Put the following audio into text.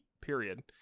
period